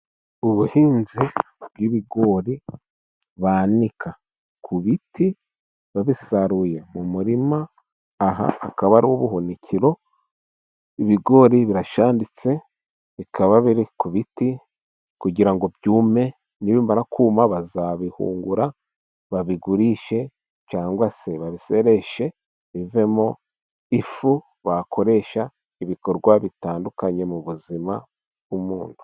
Ubuhinzi bw'ibigori banika ku biti babisaruye mu murima, aha akaba ari ubuhunikiro ibigori birashanditse bikaba biri ku biti kugira ngo byume , nibimara kuma bazabihungura babigurishe cyangwa se babisereshe bivemo ifu ,bakoresha ibikorwa bitandukanye mu buzima bw'umuntu.